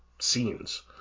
scenes